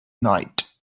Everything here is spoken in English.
night